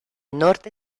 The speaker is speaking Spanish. norte